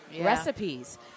recipes